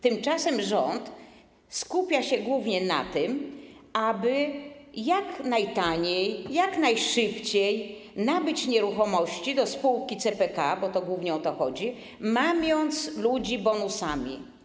Tymczasem rząd skupia się głównie na tym, aby jak najtaniej, jak najszybciej nabyć nieruchomości do spółki CPK, bo to głównie o to chodzi, mamiąc ludzi bonusami.